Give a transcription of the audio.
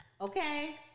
Okay